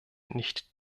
nicht